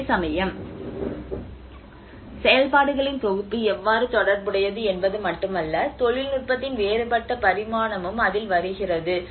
அதேசமயம் செயல்பாடுகளின் தொகுப்பு எவ்வாறு தொடர்புடையது என்பது மட்டுமல்ல தொழில்நுட்பத்தின் வேறுபட்ட பரிமாணமும் அதில் வருகிறது